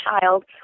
child